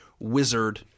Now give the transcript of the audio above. wizard